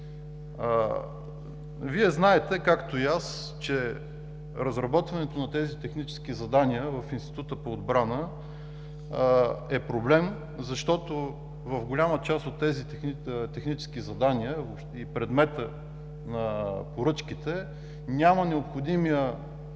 Вие знаете, както и аз, че разработването на тези технически задания в Института по отбрана е проблем, защото в голяма част от тези технически задания и предмета на поръчките няма необходимия